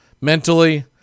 mentally